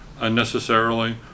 unnecessarily